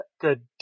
good